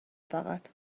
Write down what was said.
فقط